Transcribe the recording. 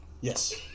Yes